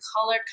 color